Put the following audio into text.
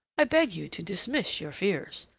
i beg you to dismiss your fears.